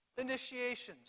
initiations